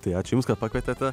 tai ačiū jums kad pakvietėte